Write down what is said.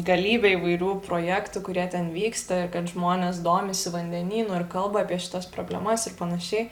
galybę įvairių projektų kurie ten vyksta kad žmonės domisi vandenynu ir kalba apie šitas problemas ir panašiai